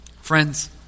Friends